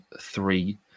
three